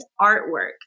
artwork